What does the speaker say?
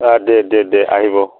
অঁ দে দে দে আহিব